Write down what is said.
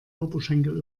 oberschenkel